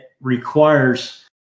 requires